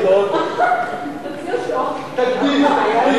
אני